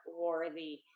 worthy